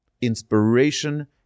inspiration